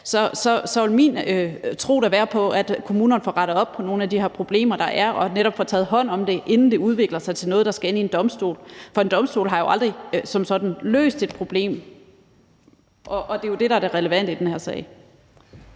vil min tro da være, at kommunerne får rettet op på nogle af de problemer, der er, og netop får taget hånd om det, inden det udvikler sig til noget, der skal ende ved en domstol. For en domstol har jo aldrig som sådan løst et problem, og det er jo det, der er det relevante i den her sag.